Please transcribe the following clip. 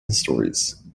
stories